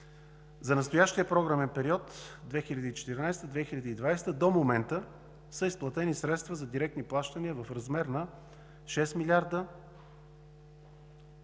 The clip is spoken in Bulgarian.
За настоящия програмен период 2014 – 2020 г. до момента са изплатени средства за директни плащания в размер на 6 млрд.